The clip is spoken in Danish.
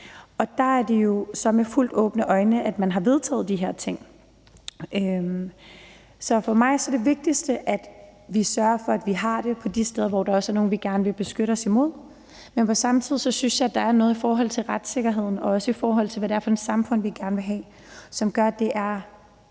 Og dér har man jo så med helt åbne øjne vedtaget de her ting. Så for mig er det vigtigste, at vi sørger for, at vi har det de steder, hvor der også er nogle, som vi gerne vil beskytte os imod, men samtidig synes jeg, at der er noget i forhold til retssikkerheden, også i forhold til hvad det er for et samfund, vi gerne vil have, som gør, at det er